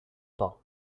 pas